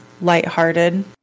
lighthearted